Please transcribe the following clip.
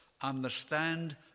understand